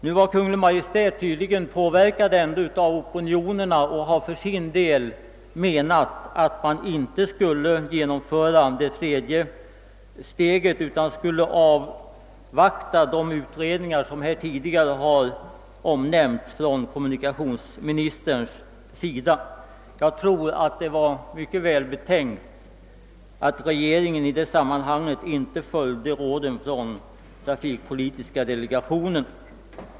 Nu har Kungl. Maj:t tydligen ändå påverkats av opinionerna och ansett att man inte skulle genomföra det tredje steget utan avvakta de utredningar, som tidigare har omnämnts av kommunikationsministern. Jag tror att det var mycket välbetänkt att regeringen i det sammanhanget inte följde råden från trafikpolitiska delegationen.